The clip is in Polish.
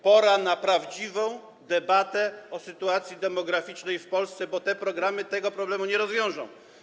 Pora na prawdziwą debatę o sytuacji demograficznej w Polsce, bo te programy tego problemu nie rozwiążą.